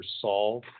solve